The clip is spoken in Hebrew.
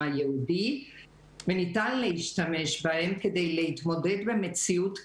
היהודי וניתן להשתמש בהם כדי להתמודד עם המציאות הקשה.